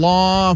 Law